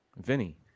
Vinny